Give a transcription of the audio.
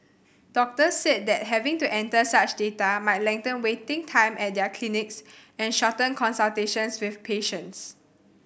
doctors said that having to enter such data might lengthen waiting time at their clinics and shorten consultations with patients